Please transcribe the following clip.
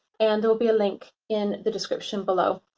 and there'll be a link in the description below.